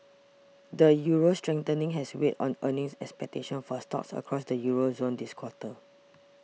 the euro's strengthening has weighed on earnings expectations for stocks across the Euro zone this quarter